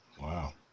Wow